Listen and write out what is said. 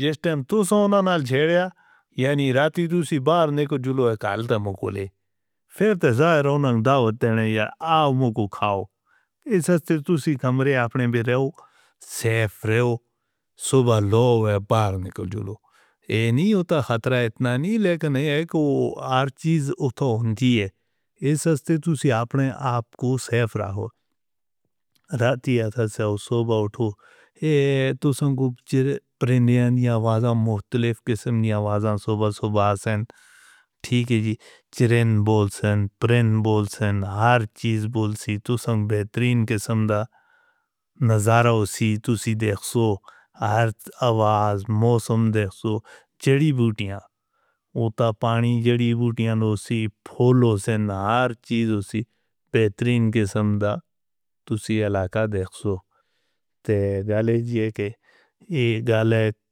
جدوں ٹائم تسی انہاں نال چھڑیا یعنی راتھی تسی باہر نکل جالو ایک آلتہ موگولے پھر تے ظاہر انہاں داوت دینے ہے آؤ موگوں کھاؤ کہ اس طرح تسی کمرے اپنے بھی رہو سیف رہو۔ صبح لوہ باہر نکل جالو اینہیں اتھا خطرہ اتنا نہیں لیکن ایک ہر چیز اتھا ہندی ہے اس طرح تسی اپنے آپ کو سیف رہو راتھی اتھا سو صبح اتھو تسی جنہوں پریندیاں دیاں آوازاں مختلف قسم دیاں آوازاں صبح صبح آسن ٹھیک ہے جی چریں بولسن پرین بولسن ہر چیز بولسی تسی بہترین قسم دا نظارہ ہونی تسی دیکھ سو ہر آواز موسم دیکھ سو چڑی بوٹیاں اتھا پانی جڑی بوٹیاں نو سی پھولو سن ہر چیز ہونی بہترین قسم دا تسی علاقہ دیکھ سو تے گالے جی ہے کہ یہ گال ہے.